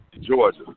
Georgia